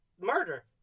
murder